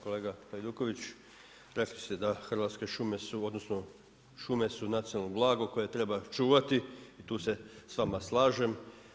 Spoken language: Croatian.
Kolega Hajduković, rekli ste da Hrvatske šume su odnosno šume su nacionalno blago koje treba čuvati i tu se sa vama slažem.